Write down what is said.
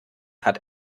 hat